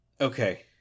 Okay